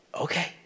Okay